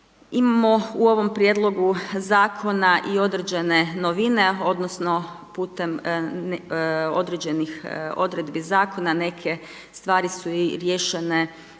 Imamo u ovom prijedlogu zakona i određene novine, odnosno putem određenih odredbi zakona, neke stvari su i rješenje